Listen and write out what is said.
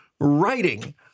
writing